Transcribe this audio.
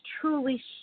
truly